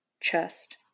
Chest